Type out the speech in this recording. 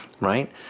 right